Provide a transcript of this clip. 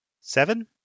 seven